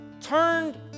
Turned